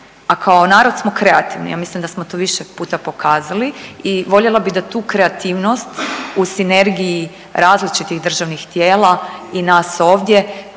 a kao narod smo kreativni. Ja mislim da smo to više puta pokazali i voljela bih da tu kreativnost u sinergiji različitih državnih tijela i nas ovdje